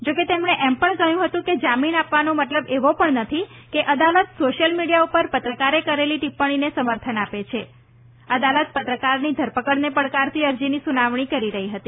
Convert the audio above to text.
જો કે તેમણે એમ પણ કહ્યું હતું કે જામીન આપવાનો મતલબ એવો પણ નથી કે અદાલત સોશ્યિલ મીડીયા પર પત્રકારે કરેલી ટિપ્પણીને સમર્થન આપે છે અદાલતે પત્રકારની ધરપકડને પડકારતી અરજીની સુનાવણી કરી રહી હતી